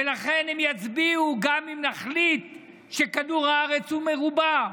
ולכן הם יצביעו גם אם נחליט שכדור הארץ הוא מרובע.